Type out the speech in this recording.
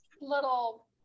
little